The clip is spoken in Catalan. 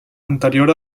anterior